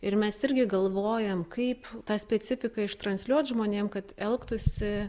ir mes irgi galvojam kaip tą specifiką ištransliuot žmonėm kad elgtųsi